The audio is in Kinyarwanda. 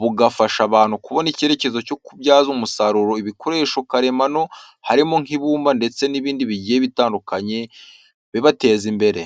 bugafasha abantu kubona icyerekezo cyo kubyaza umusaruro ibikoresho karemano harimo nk'ibumba ndetse n'ibindi bigiye bitandukanye bibateza imbere.